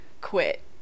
Quit